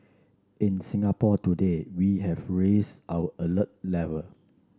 in Singapore today we have raised our alert level